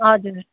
हजुर